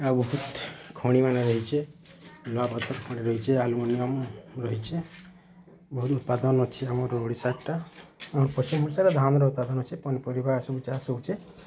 ଆଉ ବହୁତ୍ ଖଣିମାନେ ରହିଛେ ଲୁହା ପଥର୍ ଖଣି ରହିଛେ ଆଲୁମିନିୟମ୍ ରହିଛେ ବହୁତ୍ ଉତ୍ପାଦନ ଅଛେ ଓଡ଼ିଶାର୍ଟା ଆଉ ପଶ୍ଚିମ ଓଡ଼ିଶାରେ ଧାନ୍ର ଉତ୍ପାଦନ ଅଛେ ପନିପରିବା ଚାଷ୍ ହେଉଛେ